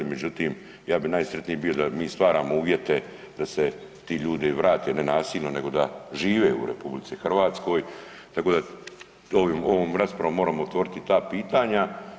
Međutim ja bi najsretniji bio da mi stvaramo uvjete da se ti ljudi vrate ne nasilno, nego da žive u RH, tako da ovim, ovom raspravom moramo otvoriti ta pitanja.